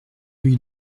rue